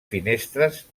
finestres